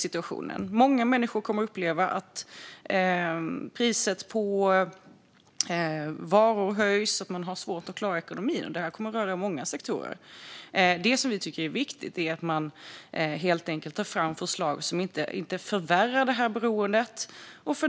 Vissa säkerhets-politiska frågor Många människor kommer att uppleva att priset på varor höjs och att man har svårt att klara ekonomin. Detta kommer att röra många sektorer. Det som vi tycker är viktigt är att man helt enkelt tar fram förslag som inte förvärrar det här beroendet.